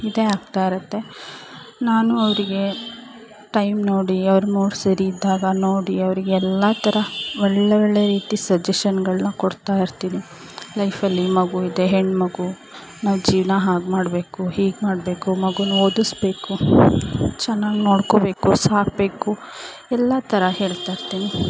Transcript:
ಇದೇ ಆಗ್ತಾಯಿರುತ್ತೆ ನಾನು ಅವರಿಗೆ ಟೈಮ್ ನೋಡಿ ಅವ್ರ ಮೂಡ್ ಸರಿಯಿದ್ದಾಗ ನೋಡಿ ಅವ್ರಿಗೆ ಎಲ್ಲ ಥರ ಒಳ್ಳೆಯ ಒಳ್ಳೆಯ ರೀತಿ ಸಜೆಷನ್ನುಗಳನ್ನ ಕೊಡ್ತಾಯಿರ್ತೀನಿ ಲೈಫಲ್ಲಿ ಮಗು ಇದೆ ಹೆಣ್ಣುಮಗು ನಾವು ಜೀವನ ಹಾಗೆ ಮಾಡಬೇಕು ಹೀಗೆ ಮಾಡಬೇಕು ಮಗುನ ಓದಿಸ್ಬೇಕು ಚೆನ್ನಾಗಿ ನೋಡಿಕೋಬೇಕು ಸಾಕಬೇಕು ಎಲ್ಲ ಥರ ಹೇಳ್ತಾಯಿರ್ತೀನಿ